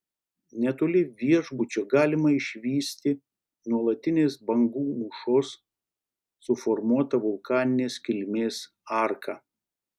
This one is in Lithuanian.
netoli viešbučio galima išvysti nuolatinės bangų mūšos suformuotą vulkaninės kilmės arką